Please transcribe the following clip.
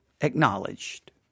acknowledged